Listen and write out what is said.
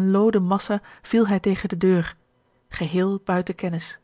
looden massa viel hij tegen de deur geheel buiten kennis